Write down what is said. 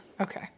Okay